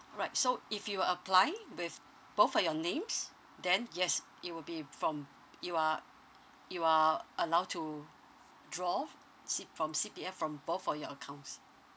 right so if you are applying with both of your names then yes it will be from you are you are allowed to draw off C~ from C_P_F from both of your accounts